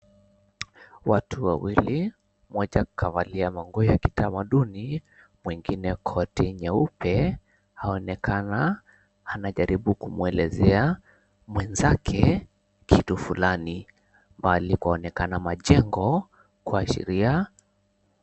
Watu wawili, mmoja kavalia manguo ya kitamaduni, mwingine koti nyeupe, aonekana anajaribu kumwelezea mwenzake kitu fulani. Mahali kwaonekana majengo kuashiria...